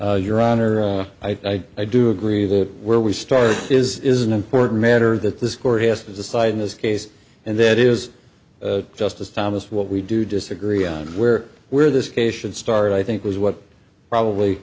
n your honor i do agree that where we start is an important matter that this court has to decide in this case and that is justice thomas what we do disagree on where where this case should start i think was what probably